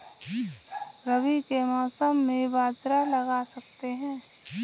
रवि के मौसम में बाजरा लगा सकते हैं?